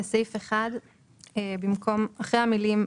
בזמנו האוצר אמר שמדובר בעשרות מיליונים.